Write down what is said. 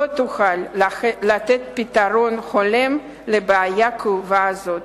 לא תוכל לתת פתרון הולם לבעיה כאובה זאת.